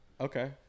okay